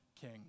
king